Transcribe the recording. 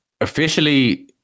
Officially